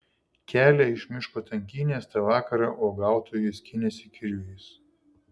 kelią iš miško tankynės tą vakarą uogautojai skynėsi kirviais